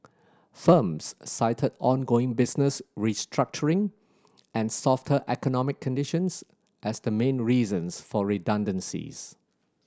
firms cited ongoing business restructuring and softer economic conditions as the main reasons for redundancies